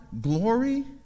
glory